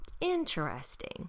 Interesting